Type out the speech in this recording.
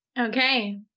Okay